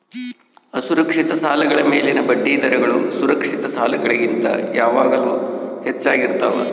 ಅಸುರಕ್ಷಿತ ಸಾಲಗಳ ಮೇಲಿನ ಬಡ್ಡಿದರಗಳು ಸುರಕ್ಷಿತ ಸಾಲಗಳಿಗಿಂತ ಯಾವಾಗಲೂ ಹೆಚ್ಚಾಗಿರ್ತವ